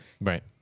Right